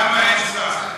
למה אין שר?